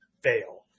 fail